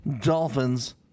Dolphins